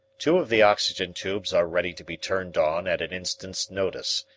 two of the oxygen tubes are ready to be turned on at an instant's notice,